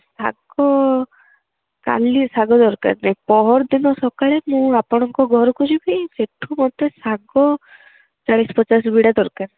ଶାଗ କାଲି ଶାଗ ଦରକାର ନାହିଁ ପହରି ଦିନ ସକାଳେ ମୁଁ ଆପଣଙ୍କ ଘରକୁ ଯିବି ସେଠୁ ମୋତେ ଶାଗ ଚାଳିଶ ପଚାଶ ବିଡ଼ା ଦରକାର